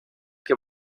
que